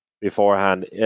beforehand